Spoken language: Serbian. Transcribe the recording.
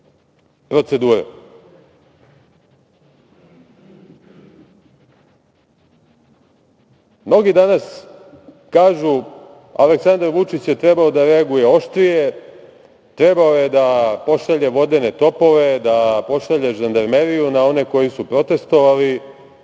procedure. Mnogi danas kažu - Aleksandar Vučić je trebao da reaguje oštrije, trebao je da pošalje vodene topove, da pošalje žandarmeriju na one koji su protestvovali,